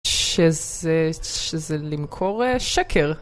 שזה... שזה למכור שקר.